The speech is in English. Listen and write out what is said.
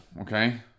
okay